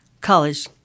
College